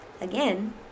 Again